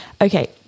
Okay